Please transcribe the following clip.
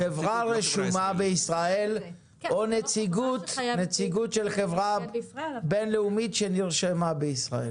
חברה רשומה בישראל או נציגות של חברה בין-לאומית שנרשמה בישראל.